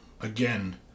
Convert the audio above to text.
again